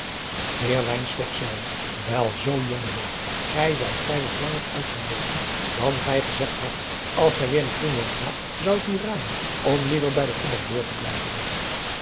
wel zoo jonge heer gij zijt vrij wat langer uit gebleven dan gij gezegd hadt als gij weêr naar groenland gaat zou ik u raden om liever bij den kommandeur te blijven